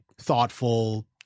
thoughtful